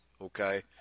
Okay